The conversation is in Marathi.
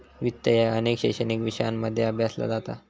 वित्त ह्या अनेक शैक्षणिक विषयांमध्ये अभ्यासला जाता